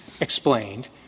explained